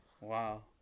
Wow